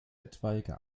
etwaige